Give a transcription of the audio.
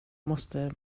måste